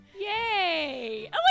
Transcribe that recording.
yay